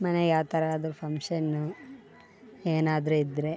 ಮನೆ ಯಾವ ಥರ ಆದರೂ ಫಂಕ್ಷನ್ನು ಏನಾದರೂ ಇದ್ದರೆ